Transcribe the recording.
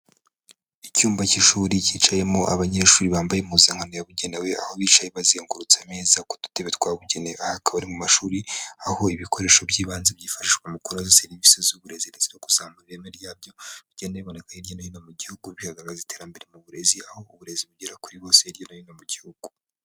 Icyumba k'ishuri kicayemo abanyeshuri bambaye impuzankano yabugenewe, aho bicaye bazengurutse ameza ku tutebe twabugene aha akaba ari mu mashuri aho ibikoresho by'ibanze byifashishwa mu kunoza serivisi z'uburezi ndetse no kuzamura ireme ryabyo, bigenda biboneka hirya no hino mu gihugu bihagaragaza iterambere mu burezi aho uburezi bugera kuri bose hirya no hino mu gihugu.